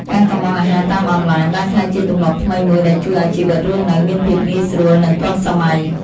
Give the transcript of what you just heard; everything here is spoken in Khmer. ការកម្ម៉ង់អាហារតាមអនឡាញបានក្លាយជាទម្លាប់ថ្មីមួយដែលជួយឱ្យជីវិតរស់នៅមានភាពងាយស្រួលនិងទាន់សម័យ។